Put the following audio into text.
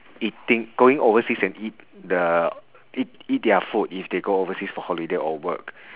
eating going overseas and eat the eat eat their food if they go overseas for holiday or work